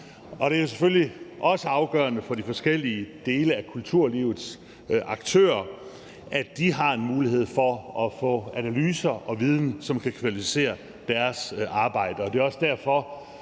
Det er selvfølgelig også afgørende for de forskellige aktører i kulturlivet, at de har en mulighed for at få analyser og viden, som kan kvalificere deres arbejde, og det er også derfor,